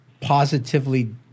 positively